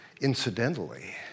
incidentally